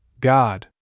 God